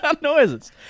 noises